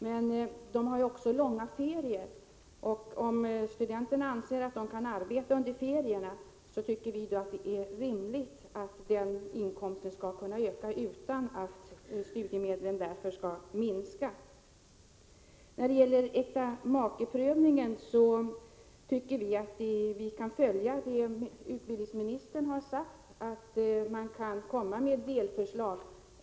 Men studenterna har också långa ferier, och om de anser att de kan arbeta under ferierna tycker vi att det är rimligt att den inkomsten skall kunna öka utan att studiemedlen för den skull skall minska. När det gäller äktamakeprövningen tycker folkpartiet att vi kan följa det utbildningsministern har sagt, att delförslag kan läggas fram.